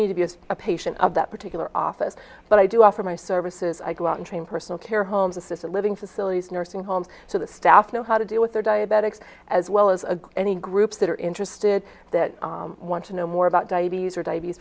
need to be as a patient of that particular office but i do offer my services i go out and train personal care homes assisted living facilities nursing homes so the staff know how to deal with their diabetics as well as a good many groups that are interested that want to know more about diabetes or d